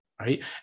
right